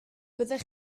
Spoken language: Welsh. byddech